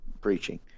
preaching